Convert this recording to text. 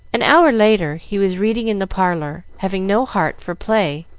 an hour later he was reading in the parlor, having no heart for play,